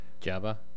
Java